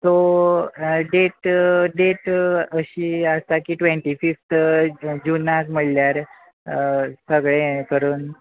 so date date अशी आसा की ट्वेन्टी फिफ्त जूनान म्हणल्यार सगळें करून